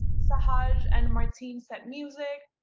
sahaj and martine said music,